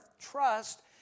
trust